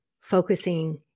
focusing